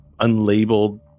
unlabeled